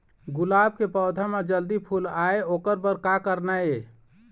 गुलाब के पौधा म जल्दी फूल आय ओकर बर का करना ये?